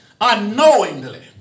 unknowingly